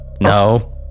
No